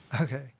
Okay